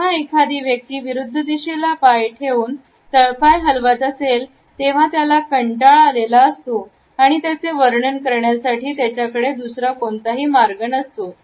जेव्हा एखादा व्यक्ती विरुद्ध दिशेला पाय ठेवून तळपाय हलवत हसेल तेव्हा त्याला कंटाळा आलेला असतो आणि त्याचे वर्णन करण्यासाठी दुसरा कोणताही मार्ग नसतो